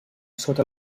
sota